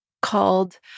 called